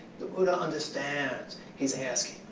the buddha understands he's asking,